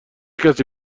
کسی